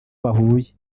bahuye